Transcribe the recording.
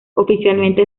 oficialmente